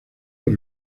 por